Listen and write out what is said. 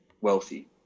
wealthy